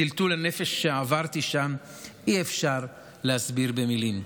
את טלטול הנפש שעברתי שם אי-אפשר להסביר במילים,